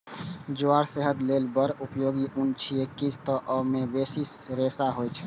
ज्वार सेहत लेल बड़ उपयोगी अन्न छियै, कियैक तं अय मे बेसी रेशा होइ छै